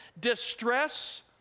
distress